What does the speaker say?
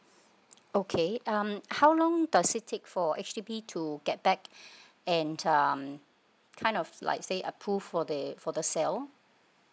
okay um how long does it take for H_D_B to get back and um kind of like say approve for that for the sell